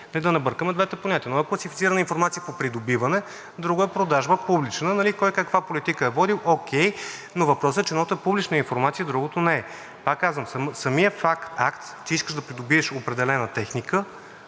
Да не бъркаме двете понятия. Едно е класифицирана информация по придобиване, друго е продажба, публична. Кой каква политика е водил, окей, но въпросът е, че едното е публична информация, другото не е. Пак казвам, самият акт, че искаш да придобиеш определена техника,